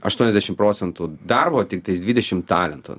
aštuoniasdešim procentų darbo tiktais dvidešim talento